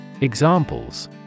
Examples